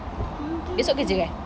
esok kerja eh